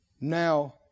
Now